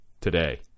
today